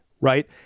right